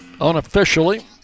unofficially